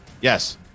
Yes